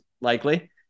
likely